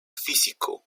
físico